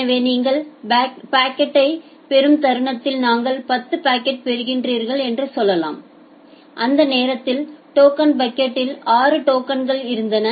எனவே நீங்கள் பாக்கெட்டைப் பெறும் தருணத்தில் நீங்கள் 10 பாக்கெட் பெறுகிறீர்கள் என்று சொல்லலாம் அந்த நேரத்தில் டோக்கன் பக்கெட்யில் 6 டோக்கன்கள் இருந்தன